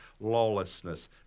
lawlessness